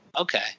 okay